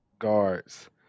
guards